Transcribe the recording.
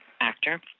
actor